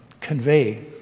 convey